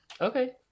Okay